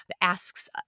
asks